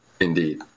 indeed